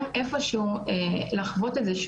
זה קרה לי ממש לא מזמן,